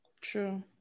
True